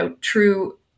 true